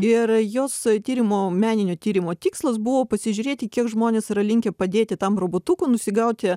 ir jos tyrimo meninio tyrimo tikslas buvo pasižiūrėti kiek žmonės yra linkę padėti tam robotukui nusigauti